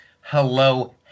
Hello